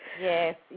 Yes